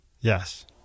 Yes